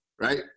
right